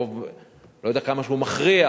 אני לא יודע כמה שהוא מכריע,